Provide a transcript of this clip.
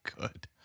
good